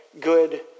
Good